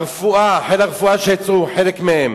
לחיל הרפואה, שיצאו, חלק מהם,